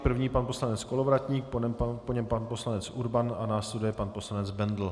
První pan poslanec Kolovratník, po něm pan poslanec Urban a následuje pan poslanec Bendl.